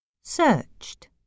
Searched